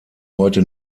heute